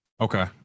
Okay